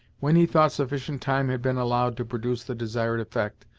when he thought sufficient time had been allowed to produce the desired effect,